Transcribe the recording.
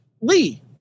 Lee